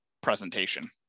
presentation